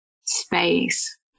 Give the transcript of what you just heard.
space